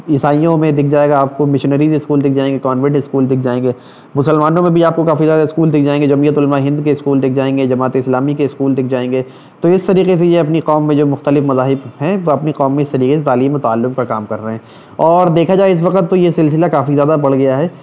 عیسائیوں میں دکھ جائے گا آپ مشنریز اسکول دکھ جائیں گے کانوینٹ اسکول دکھ جائیں گے مسلمانوں میں بھی آپ کو کافی زیادہ اسکول دکھ جائیں گے جمیعت علماء ہند کے اسکول دکھ جائیں گے جماعت اسلامی کے اسکول دکھ جائیں گے تو اس طریقے سے یہ اپنی قوم میں جو مختلف مذاہب ہیں وہ اپنی قوم میں اس سلیقے سے تعلیم و تعلم پر کام کر رہے ہیں اور دیکھا اس وقت تو یہ سلسلہ کافی زیادہ بڑھ گیا ہے